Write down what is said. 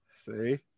See